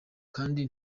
kandi